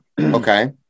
Okay